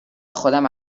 خودم